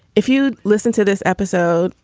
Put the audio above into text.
if you listen to this episode,